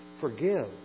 Forgive